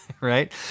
right